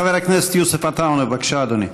חבר הכנסת יוסף עטאונה, בבקשה, אדוני.